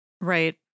Right